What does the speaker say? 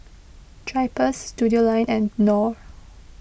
Drypers Studioline and Knorr